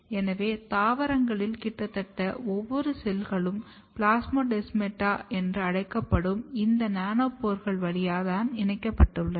எனவே தாவரங்களில் கிட்டத்தட்ட ஒவ்வொரு செல்களும் பிளாஸ்மோடெஸ்மாடா என்று அழைக்கப்படும் இந்த நானோபோர்கள் வழியாக இணைக்கப்பட்டுள்ளன